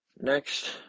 Next